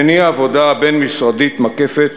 והניע עבודה בין-משרדית מקפת